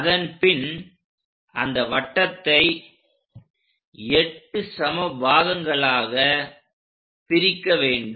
அதன்பின் அந்த வட்டத்தை 8 சம பாகங்களாக பிரிக்க வேண்டும்